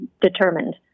determined